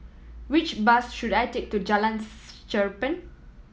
which bus should I take to Jalan Cherpen